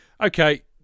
Okay